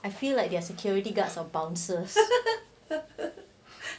I feel like their security guards of bouncers